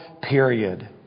period